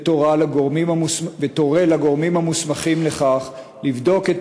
ותורה לגורמים המוסמכים לכך לבדוק את